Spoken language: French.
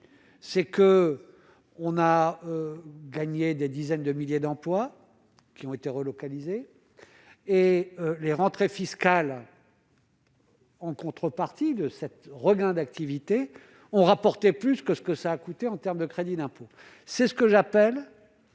c'est que on a gagné des dizaines de milliers d'emplois qui ont été relocalisés et les rentrées fiscales. En contrepartie de cette regain d'activité ont rapporté plus que ce que ça a coûté en termes de crédits d'impôt, c'est ce que j'appelle